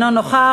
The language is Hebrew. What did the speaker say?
אינו נוכח.